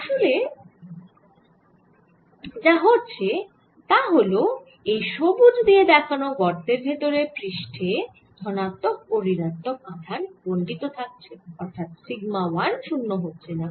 তাহলে যা হচ্ছে তা হল এই সবুজ দিয়ে দেখানো গর্তের ভেতরের পৃষ্ঠে ধনাত্মক ও ঋণাত্মক আধান বন্টিত থাকছে অর্থাৎ সিগমা 1 শূন্য হচ্ছে না